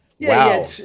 Wow